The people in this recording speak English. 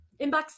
Inbox